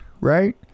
right